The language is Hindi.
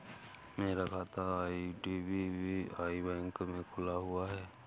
मेरा खाता आई.डी.बी.आई बैंक में खुला हुआ है